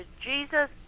Jesus